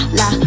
la